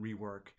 rework